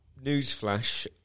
newsflash